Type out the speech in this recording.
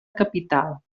capital